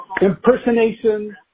impersonation